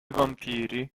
vampiri